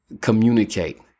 communicate